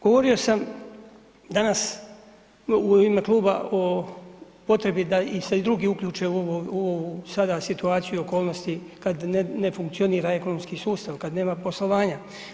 Govorio sam danas u ime kluba o potrebi da se i drugi uključe u ovu sada situaciju i okolnosti kad ne funkcionira ekonomski sustav, kad nema poslovanja.